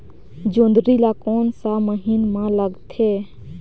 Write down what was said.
जोंदरी ला कोन सा महीन मां लगथे?